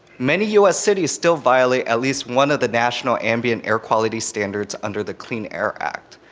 many us cities still violate at least one of the national ambient air quality standards under the clean air act.